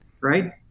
Right